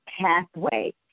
pathway